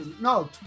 No